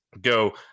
go